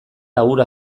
labur